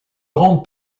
grande